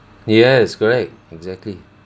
yes correct exactly